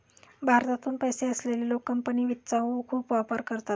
भारतातून पैसे असलेले लोक कंपनी वित्तचा खूप वापर करतात